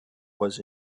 was